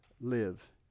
live